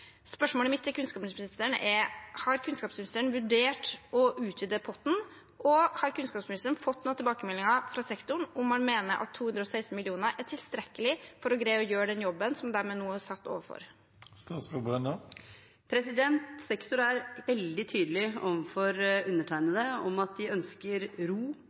Spørsmålet mitt til kunnskapsministeren er: Har kunnskapsministeren vurdert å utvide potten, og har hun fått noen tilbakemeldinger fra sektoren om at man mener at 216 mill. kr er tilstrekkelig for å greie å gjøre den jobben de nå er satt til? Sektoren er veldig tydelig overfor undertegnede på at de ønsker ro,